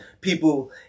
people